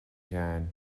sheáin